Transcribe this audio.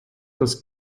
das